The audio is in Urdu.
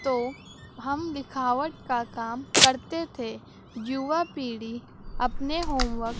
تو ہم لکھاوٹ کا کام کرتے تھے یووا پیڑھی اپنے ہوم ورک